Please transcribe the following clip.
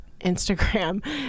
Instagram